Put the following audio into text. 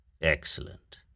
Excellent